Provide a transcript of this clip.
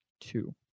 two